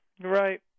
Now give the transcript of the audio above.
Right